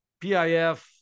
PIF